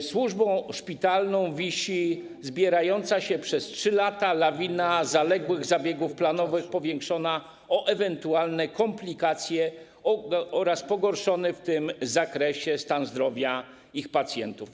służbą szpitalną wisi zbierająca się przez 3 lata lawina zaległych zabiegów planowych powiększona o ewentualne komplikacje oraz pogorszony w tym zakresie stan zdrowia ich pacjentów?